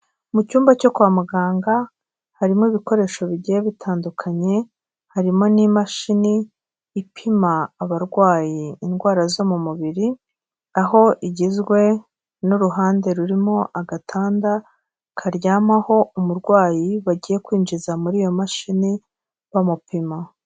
Mu cyumba cyo kwa muganga harimo ibikoresho bigiye bitandukanye, harimo n'imashini ipima abarwaye indwara zo mu mubiri, aho igizwe n'uruhande rurimo agatanda karyamaho umurwayi bagiye kwinjiza muri iyo mashini bamupima.